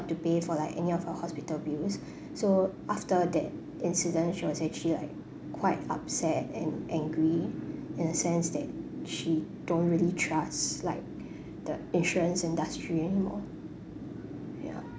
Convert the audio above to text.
to pay for like any of her hospital bills so after that incident she was actually like quite upset and angry in a sense that she don't really trust like the insurance industry anymore ya